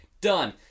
done